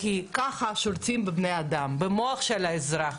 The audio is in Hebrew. כי ככה שולטים בבני אדם, במוח של האזרח,